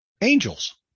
angels